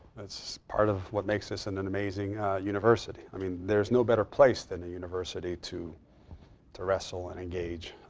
that's part of what makes this and an amazing university. i mean, there's no better place than a university to to wrestle and engage.